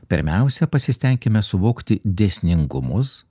pirmiausia pasistenkime suvokti dėsningumus